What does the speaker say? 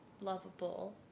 lovable